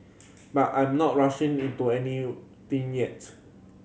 but I'm not rushing into anything yet